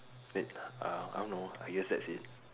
eh uh I don't know I guess that's it